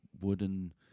Wooden